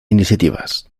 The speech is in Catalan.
iniciatives